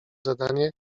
zadanie